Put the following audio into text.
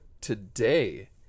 today